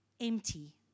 empty